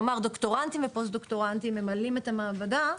כלומר דוקטורנטים ופוסט דוקטורנטים ממלאים את המעבדה,